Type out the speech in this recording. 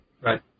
Right